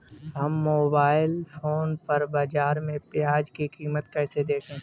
हम mobile phone पर बाज़ार में प्याज़ की कीमत कैसे देखें?